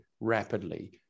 rapidly